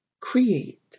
create